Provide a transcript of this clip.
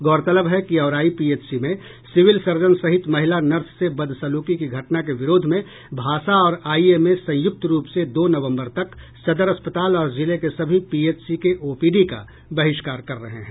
गौरतलब है कि औराई पीएचसी में सिविल सर्जन सहित महिला नर्स से बदसल्की की घटना के विरोध में भासा और आईएमए संयुक्त रूप से दो नवंबर तक सदर अस्पताल और जिले के सभी पीएचसी के ओपीडी का बहिष्कार कर रहे हैं